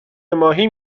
ماهی